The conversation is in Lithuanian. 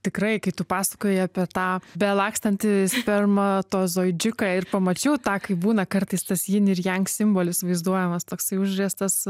tikrai kai tu pasakojai apie tą belakstantį spermatozoidžiuką ir pamačiau tą kaip būna kartais tas jing ir jang simbolis vaizduojamas toksai užriestas